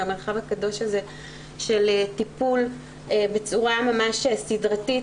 למרחב הקדוש הזה של טיפול בצורה ממש סדרתית,